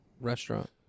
restaurant